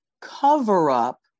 cover-up